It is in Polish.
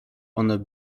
one